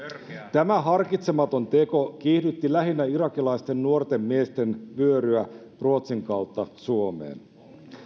tämä harkitsematon teko kiihdytti lähinnä irakilaisten nuorten miesten vyöryä ruotsin kautta suomeen